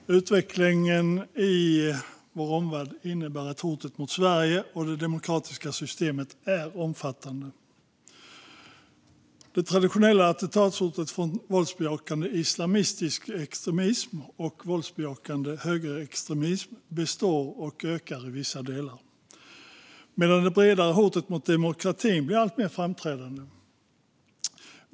Fru talman! Utvecklingen i vår omvärld innebär att hotet mot Sverige och det demokratiska systemet är omfattande. Det traditionella attentatshotet från våldsbejakande islamistisk extremism och våldsbejakande högerextremism består och ökar i vissa delar, medan det bredare hotet mot demokratin blir alltmer framträdande.